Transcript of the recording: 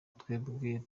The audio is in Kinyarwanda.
twebwe